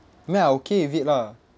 I mean I okay with it lah